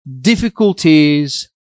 difficulties